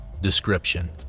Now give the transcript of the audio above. Description